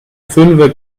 fünfe